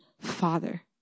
father